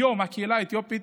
היום הקהילה האתיופית,